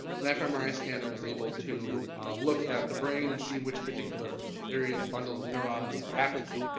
an fmri scanner is able to look at the brain and see which particular area bundles of neurons are active.